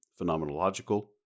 phenomenological